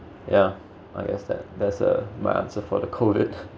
yeah I guess that there's my answer for the coded